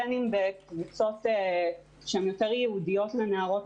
בין אם בקבוצות יותר ייעודיות לנערות,